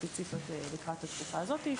לקראת התקופה הזאת.